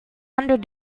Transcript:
hundred